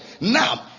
now